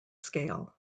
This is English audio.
scale